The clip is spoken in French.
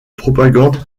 propagande